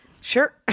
Sure